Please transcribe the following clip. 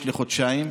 73 בעד,